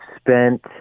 spent